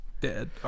Dead